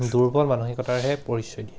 দুৰ্বল মানসিকতাৰহে পৰিচয় দিয়া